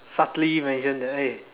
subtly mention that eh